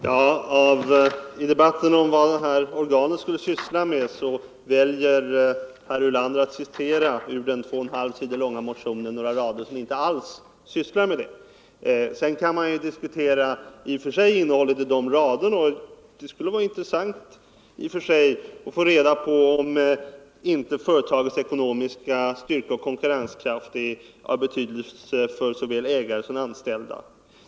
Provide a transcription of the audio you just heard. Herr talman! I debatten om vad det organ vi föreslagit skulle syssla med väljer herr Ulander att ur den två och en halv sidor långa motionen citera några rader som inte alls handlar om det. Man kan i och för sig diskutera innehållet i dessa rader. Det skulle t.ex. vara intressant att få reda på om inte företagens ekonomiska styrka och konkurrenskraft är av betydelse för såväl ägare som anställda.